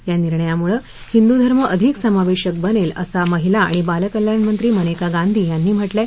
या निर्णयामुळं हिदूंधर्म आधिक समावेशक बनेल असं महिला अणि बालकल्याणमंत्री मनेका गांधी यांनी म्हटलंय